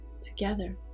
together